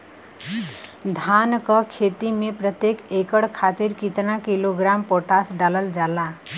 धान क खेती में प्रत्येक एकड़ खातिर कितना किलोग्राम पोटाश डालल जाला?